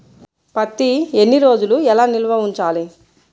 పత్తి ఎన్ని రోజులు ఎలా నిల్వ ఉంచాలి?